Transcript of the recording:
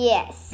Yes